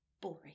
boring